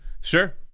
sure